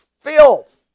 Filth